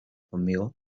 conmigo